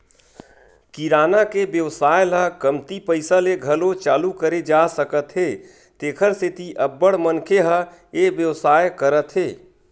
किराना के बेवसाय ल कमती पइसा ले घलो चालू करे जा सकत हे तेखर सेती अब्बड़ मनखे ह ए बेवसाय करत हे